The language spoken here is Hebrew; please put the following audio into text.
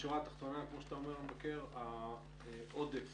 התחתונה, כמו שאמר המבקר, העודף